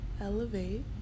elevate